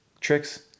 tricks